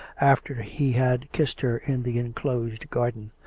after he had kissed her in the enclosed garden.